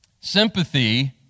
Sympathy